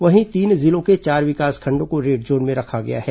वहीं तीन जिलों के चार विकासखंडों को रेड जोन में रखा गया है